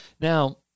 Now